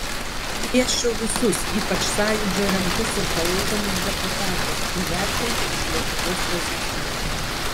kviesčiau visus ypač sąjūdžio remtus ir palaikomus deputatus įvertinti iš lietuvos pozicijų